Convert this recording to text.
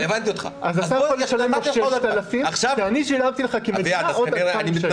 אז אתה לא תשלם לו 6,000 כי אני שילמתי לך 2,000 שקלים.